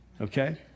Okay